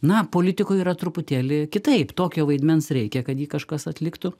na politikoj yra truputėlį kitaip tokio vaidmens reikia kad jį kažkas atliktų